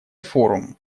форум